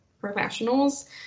professionals